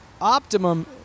optimum